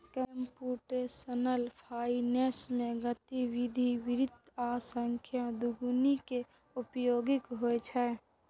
computational finance मे गणितीय वित्त आ सांख्यिकी, दुनू के उपयोग होइ छै